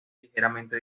ligeramente